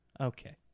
Okay